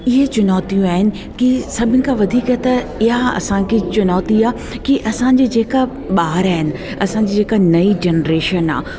इहे चुनौतियूं आहिनि कि सभिनि खां वधीक त इहा असांखे चुनौती आहे की असांजे जेका ॿार आहिनि असांजी जेका नईं जनरेशन आहे